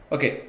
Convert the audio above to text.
Okay